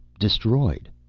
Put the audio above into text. destroyed.